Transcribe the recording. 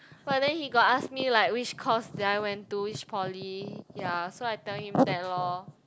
but then he got ask me like which course did I went to which poly ya so I tell him that lor